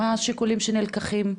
מה השיקולים שנלקחים?